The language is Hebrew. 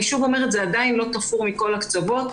אני שוב אומרת, זה עדיין לא תפור מכל הקצוות.